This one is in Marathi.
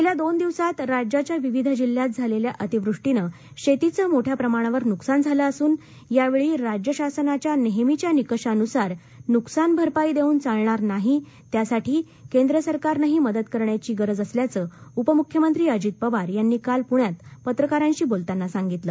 गेल्या दोन दिवसात राज्याच्या विविध जिल्ह्यात झालेल्या अतिवृष्टीनं शेतीचं मोठ्या प्रमाणावर नुकसान झालं असून यावेळी राज्य शासनाच्या नेहमीच्या निकषानुसार नुकसान भरपाई देऊन चालणार नाही त्यासाठी केंद्र सरकारनंही मदत करण्याची गरज असल्याचं उपमुख्यमंत्री अजित पवार यांनी काल पृण्यात पत्रकारांशी बोलताना सांगितलं